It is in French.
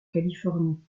californie